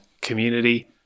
community